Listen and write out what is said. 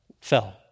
fell